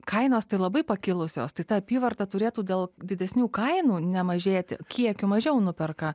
kainos tai labai pakilusios tai ta apyvarta turėtų dėl didesnių kainų nemažėti kiekių mažiau nuperka